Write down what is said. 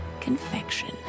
confection